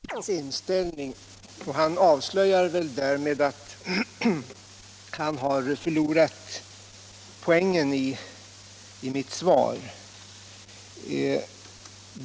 Herr talman! Herr Hermansson frågar efter regeringens inställning, och han avslöjar väl därmed att han har missat poängen i mitt svar.